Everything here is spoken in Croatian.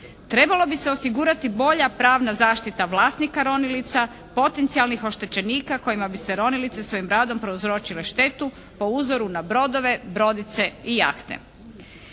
Trebalo bi se osigurati bolja pravna zaštita vlasnika ronilica, potencijalnih oštećenika kojima bi se ronilice svojim radom prouzročile štetu po uzoru na brodove, brodite i jahte.